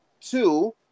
two